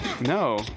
No